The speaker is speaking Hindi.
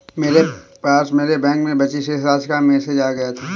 मेरे पास मेरे बैंक में बची शेष राशि का मेसेज आ गया था